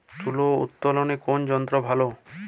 তুলা উত্তোলনে কোন যন্ত্র ভালো?